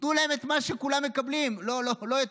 תיתנו להם את מה שכולם מקבלים, לא יותר,